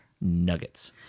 nuggets